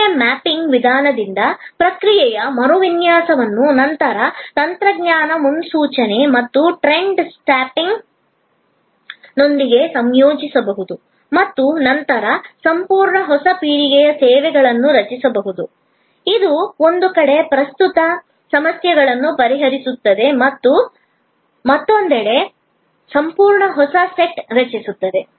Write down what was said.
ಪ್ರಕ್ರಿಯೆ ಮ್ಯಾಪಿಂಗ್ ವಿಧಾನದಿಂದ ಪ್ರಕ್ರಿಯೆಯ ಮರುವಿನ್ಯಾಸವನ್ನು ನಂತರ ತಂತ್ರಜ್ಞಾನ ಮುನ್ಸೂಚನೆ ಮತ್ತು ಟ್ರೆಂಡ್ಸ್ ಸ್ಪಾಟಿಂಗ್ನೊಂದಿಗೆ ಸಂಯೋಜಿಸಬಹುದು ಮತ್ತು ನಂತರ ಸಂಪೂರ್ಣ ಹೊಸ ಪೀಳಿಗೆಯ ಸೇವೆಗಳನ್ನು ರಚಿಸಬಹುದು ಇದು ಒಂದು ಕಡೆ ಪ್ರಸ್ತುತ ಸಮಸ್ಯೆಗಳನ್ನು ಪರಿಹರಿಸುತ್ತದೆ ಮತ್ತು ಮತ್ತೊಂದೆಡೆ ಸಂಪೂರ್ಣ ಹೊಸ ಸೆಟ್ ರಚಿಸುತ್ತದೆ